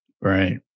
right